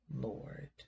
Lord